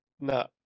No